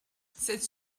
cette